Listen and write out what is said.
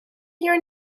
your